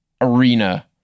arena